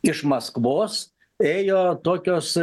iš maskvos ėjo tokios